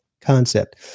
concept